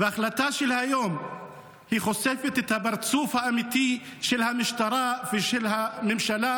ההחלטה היום חושפת את הפרצוף האמיתי של המשטרה ושל הממשלה,